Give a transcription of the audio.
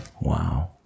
Wow